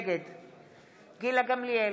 נגד גילה גמליאל,